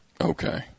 okay